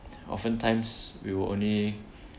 oftentimes we will only